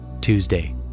Tuesday